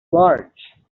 large